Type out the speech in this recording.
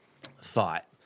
thought